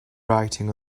writing